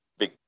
big